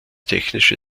technische